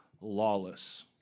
lawless